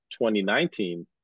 2019